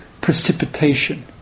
precipitation